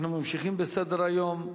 אנחנו ממשיכים בסדר-היום,